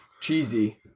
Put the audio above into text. cheesy